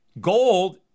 gold